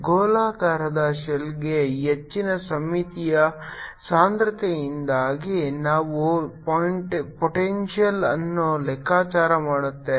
ಗೋಲಾಕಾರದ ಶೆಲ್ಗೆ ಹೆಚ್ಚಿನ ಸಮ್ಮಿತೀಯ ಸಾಂದ್ರತೆಯಿಂದಾಗಿ ನಾವು ಪೊಟೆಂಟಿಯಲ್ಯನ್ನು ಲೆಕ್ಕಾಚಾರ ಮಾಡುತ್ತೇವೆ